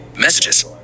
messages